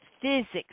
physics